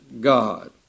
God